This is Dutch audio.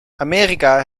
amerika